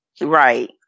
Right